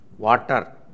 Water